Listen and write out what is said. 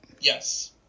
yes